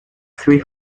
three